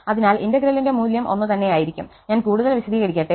അതിനാൽ ഇന്റഗ്രലിന്റെ മൂല്യം ഒന്നുതന്നെയായിരിക്കും ഞാൻ കൂടുതൽ വിശദീകരിക്കട്ടെ